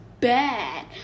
bad